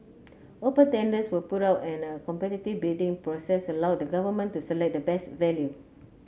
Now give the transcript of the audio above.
open tenders were put out and a competitive bidding process allowed the Government to select the best value